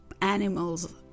animals